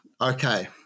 okay